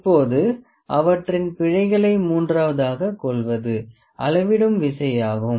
இப்போது அவற்றின் பிழைகளை மூன்றாவதாக வைத்துக்கொள்வது அளவிடும் விசையாகும்